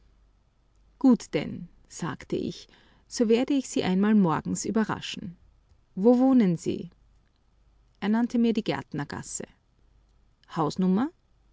gut denn sagte ich so werde ich sie einmal morgens überraschen wo wohnen sie er nannte mir die gärtnergasse hausnummer